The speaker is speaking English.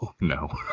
No